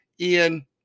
ian